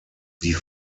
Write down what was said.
die